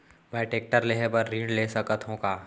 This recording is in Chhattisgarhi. मैं टेकटर लेहे बर ऋण ले सकत हो का?